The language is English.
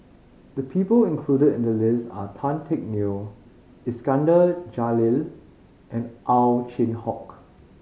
the people included in the list are Tan Teck Neo Iskandar Jalil and Ow Chin Hock